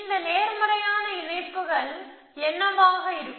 இந்த நேர்மறையான இணைப்புகள் என்னவாக இருக்கும்